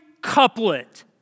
couplet